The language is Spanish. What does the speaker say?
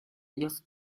ellos